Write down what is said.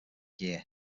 year